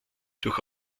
durch